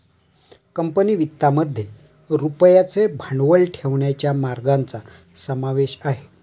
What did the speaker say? company वित्तामध्ये रुपयाचे भांडवल ठेवण्याच्या मार्गांचा समावेश आहे